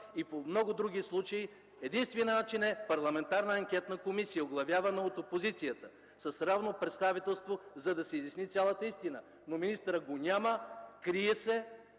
и по много други случаи. Единственият начин е парламентарна Анкетна комисия, оглавявана от опозицията, с равно представителство, за да се изясни цялата истина, но министърът го няма, крие се,